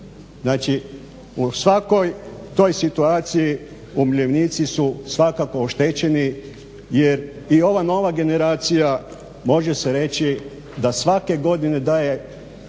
u takvoj toj situaciji umirovljenici su svakako oštećeni jer i ova nova generacija može se reći da svake godine daje